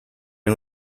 and